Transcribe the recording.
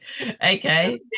Okay